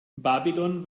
babylon